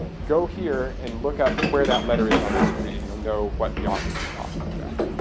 go here and look up where that letter is on this tree and you'll know what the authors are talking about.